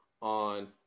on